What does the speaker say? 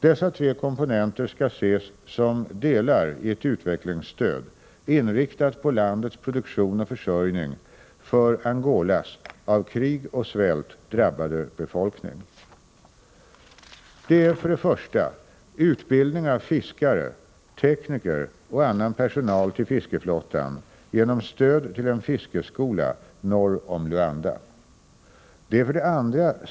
Dessa tre komponenter, vilka skall ses som delar i ett utvecklingsstöd, inriktat på landets produktion och försörjning för Angolas av krig och svält drabbade befolkning, är följande: 2.